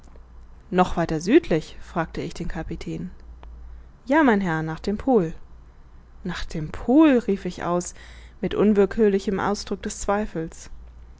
noch weiter südlich fragte ich den kapitän ja mein herr nach dem pol nach dem pol rief ich aus mit unwillkürlichem ausdruck des zweifels